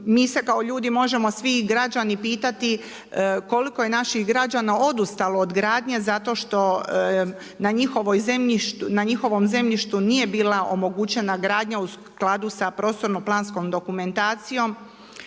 Mi se kao ljudi možemo svi i građani pitati koliko je naših građana odustalo od gradnje zato što na njihovom zemljištu nije bila omogućena gradnja u skladu sa prostorno-planskom dokumentacijom,